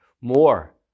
more